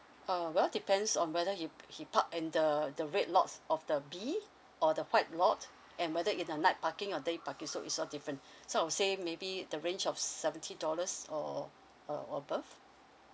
uh well depends on whether he he park in the the red lots of the B or the white lot and whether in a night parking or day parking so it's all different sort of say maybe the range of seventy dollars or a~ above